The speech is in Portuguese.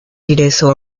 direção